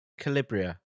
Calibria